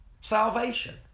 salvation